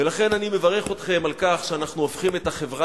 ולכן אני מברך אתכם על כך שאנחנו הופכים את החברה